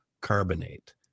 carbonate